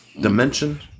dimension